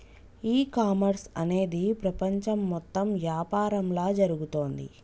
ఈ కామర్స్ అనేది ప్రపంచం మొత్తం యాపారంలా జరుగుతోంది